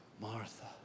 Martha